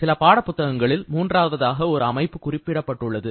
சில பாடப்புத்தகங்களில் மூன்றாவதாக ஒரு அமைப்பு குறிப்பிடப்பட்டுள்ளது